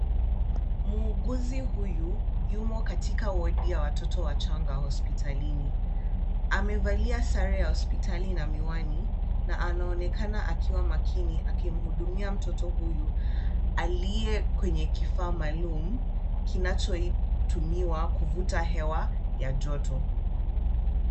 Muuguzi huyu yumo katika wodi ya watoto wachanga hospitalini. Amevalia sare ya hospitali na miwani na anaonekana akiwa makini akimhudumia mtoto huyu, aliye kwenye kifaa maalum kinachotumiwa kuvuta hewa ya joto.